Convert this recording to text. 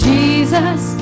Jesus